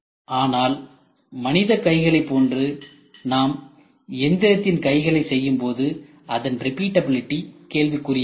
ஆனால் மனித கைகளைப் போன்று நாம் எந்திரத்தின் கைகளை செய்யும்போது அதன் ரிபிட்டபிலிடி கேள்விக்குறியாகிறது